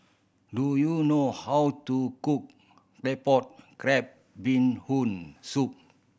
do you know how to cook Claypot Crab Bee Hoon Soup